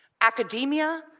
academia